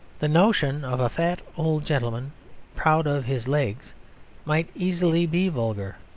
the notion of a fat old gentleman proud of his legs might easily be vulgar.